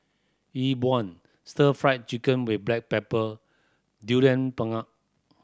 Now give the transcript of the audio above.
Yi Bua Stir Fried Chicken with black pepper Durian Pengat